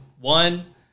one